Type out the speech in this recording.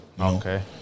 Okay